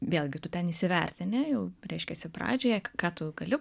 vėlgi tu ten įsivertini jau reiškiasi pradžioje ką tu gali